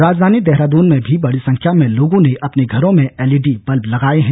राजधानी देहरादून में भी बड़ी संख्या में लोगों ने अपने घरों में एलईडी बल्ब लगाएं हैं